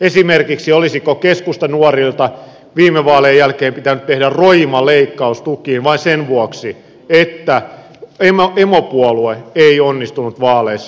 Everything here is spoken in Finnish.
esimerkiksi olisiko keskustanuorilta viime vaalien jälkeen pitänyt tehdä roima leikkaus tukiin vain sen vuoksi että emopuolue ei onnistunut vaaleissa